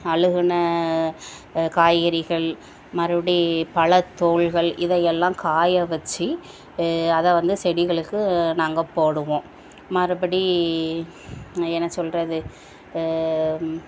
அழுகுன காய்கறிகள் மறுபடி பழத்தோல்கள் இதை எல்லாம் காயவச்சு அதைவந்து செடிகளுக்கு நாங்கள் போடுவோம் மறுபடி என்ன சொல்வது